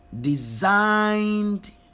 designed